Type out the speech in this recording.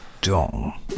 dong